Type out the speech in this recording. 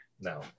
No